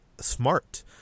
smart